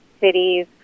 cities